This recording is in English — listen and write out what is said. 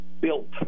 built